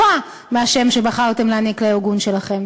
בדרך כלל הפעילות שלכם הפוכה מהשם שבחרתם להעניק לארגון שלכם.